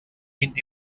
vint